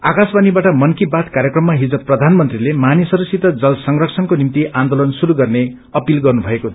आकाशवाणीबाट मनीकी बात कार्यक्रममा हिज प्रथानमन्त्रीले मानिसहसंसित जल संरक्षणको निम्ति आन्दोलन श्रुरू गर्ने अपील गर्नुभएको थियो